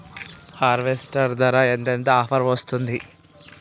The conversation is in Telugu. హార్వెస్టర్ ధర ఎంత ఎంత ఆఫర్ వస్తుంది?